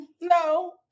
no